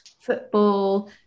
football